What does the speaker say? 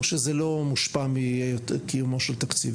או שזה לא מושפע מקיומו של תקציב?